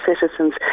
Citizens